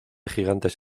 gigantes